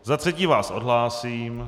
Za třetí vás odhlásím.